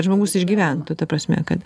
žmogus išgyventų ta prasme kad